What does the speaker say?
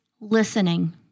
listening